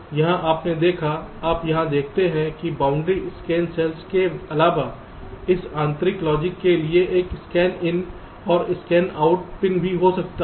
यहां आपने देखा आप यहां देखते हैं कि बाउंड्री स्कैन सेल्स के अलावा इस आंतरिक लॉजिक के लिए एक स्कैन इन और स्कैन आउट पिन भी हो सकता है